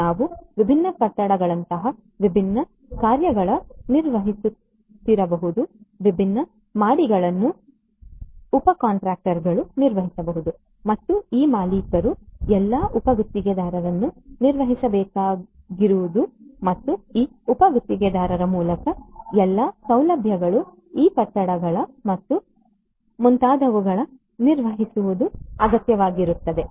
ನಾವು ವಿಭಿನ್ನ ಕಟ್ಟಡಗಳಂತಹ ವಿಭಿನ್ನ ಕಾರ್ಯಗಳನ್ನು ನಿರ್ವಹಿಸುತ್ತಿರಬಹುದು ವಿಭಿನ್ನ ಮಹಡಿಗಳನ್ನು ಉಪಕಾಂಟ್ರಾಕ್ಟರ್ಗಳು ನಿರ್ವಹಿಸಬಹುದು ಮತ್ತು ಈ ಮಾಲೀಕರು ಎಲ್ಲಾ ಉಪ ಗುತ್ತಿಗೆದಾರರನ್ನು ನಿರ್ವಹಿಸಬೇಕಾಗಿರುವುದು ಮತ್ತು ಈ ಉಪ ಗುತ್ತಿಗೆದಾರರ ಮೂಲಕ ಈ ಸೌಲಭ್ಯಗಳು ಈ ಕಟ್ಟಡಗಳು ಮತ್ತು ಮುಂತಾದವುಗಳನ್ನು ನಿರ್ವಹಿಸುವುದು ಅಗತ್ಯವಾಗಿರುತ್ತದೆ